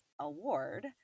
Award